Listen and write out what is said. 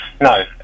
No